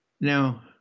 Now